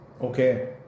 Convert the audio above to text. Okay